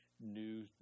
new